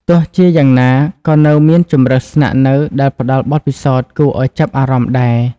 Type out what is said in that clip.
ទោះជាយ៉ាងណា ក៏នៅមានជម្រើសស្នាក់នៅដែលផ្ដល់បទពិសោធន៍គួរឱ្យចាប់អារម្មណ៍ដែរ។